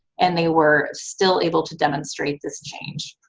and they were still able to demonstrate this change.